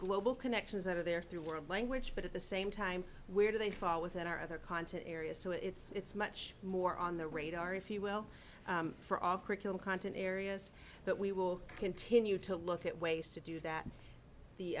global connections that are there through our language but at the same time where do they fall within our other content area so it's much more on the radar if you will for our curriculum content areas but we will continue to look at ways to do that the